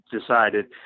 decided